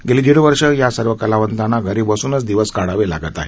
गेली दीड वर्षे या सर्व कलावंतांना घरी बसूनच दिवस काढावे लागत आहेत